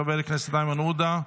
חבר הכנסת איימן עודה,